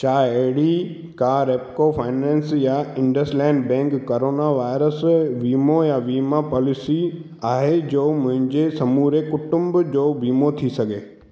छा अहिड़ी का रेप्को फाइनेंस या इंडसलैंड बैंक करोना वायरस वीमो या वीमा पॉलिसी आहे जो मुंहिंजे समूरे कुटुंब जो वीमो थी सघे